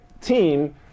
team